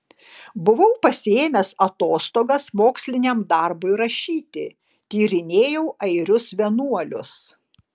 buvau pasiėmęs atostogas moksliniam darbui rašyti tyrinėjau airius vienuolius